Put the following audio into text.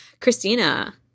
Christina